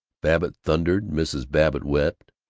babbitt thundered, mrs. babbitt wept,